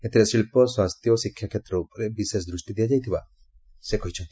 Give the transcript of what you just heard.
ଏଥିରେ ଶିଳ୍ପ ସ୍ୱାସ୍ଥ୍ୟ ଓ ଶିକ୍ଷା କ୍ଷେତ୍ର ଉପରେ ବିଶେଷ ଦୃଷ୍ଟି ଦିଆଯାଇଥିବା ସେ କହିଛନ୍ତି